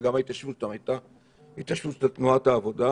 וגם ההתיישבות שם הייתה התיישבות של תנועת העבודה.